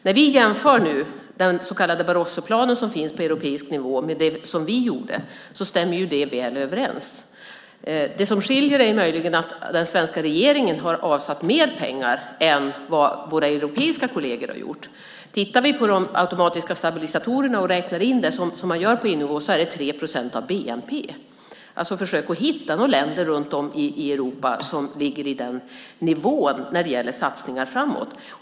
När vi nu jämför den så kallade Barrosoplanen som finns på europeisk nivå med det som vi gjorde stämmer det väl överens. Det som skiljer är möjligen att den svenska regeringen har avsatt mer pengar än vad våra europeiska kolleger har gjort. Om vi tittar på de automatiska stabilisatorerna och räknar in dem som man gör på EU-nivå är det 3 procent av bnp. Försök att hitta andra länder i Europa som ligger på den nivån när det gäller satsningar framåt!